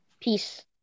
Peace